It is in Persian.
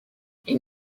این